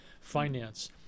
finance